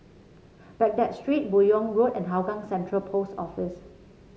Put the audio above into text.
Baghdad Street Buyong Road and Hougang Central Post Office